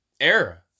era